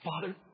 Father